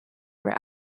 were